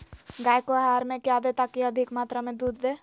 गाय को आहार में क्या दे ताकि अधिक मात्रा मे दूध दे?